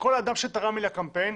שכל אדם שתרם לי לקמפיין,